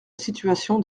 situation